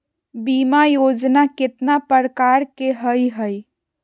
बीमा योजना केतना प्रकार के हई हई?